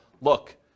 look